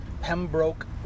Pembroke